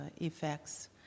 effects